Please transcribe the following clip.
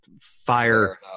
fire